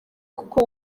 kuko